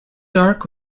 dark